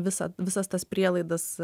visą visas tas prielaidas